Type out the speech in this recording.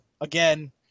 again